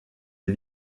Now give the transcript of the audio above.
les